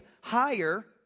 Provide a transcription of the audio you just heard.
higher